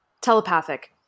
telepathic